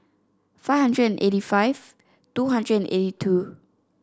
five hundred and eighty five two hundred and eighty two